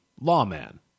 lawman